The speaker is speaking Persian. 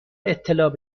اطلاع